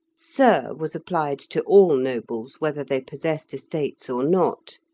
sir was applied to all nobles, whether they possessed estates or not.